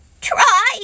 Try